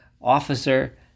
officer